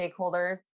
stakeholders